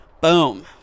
Boom